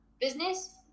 business